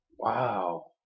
wow